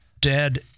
dead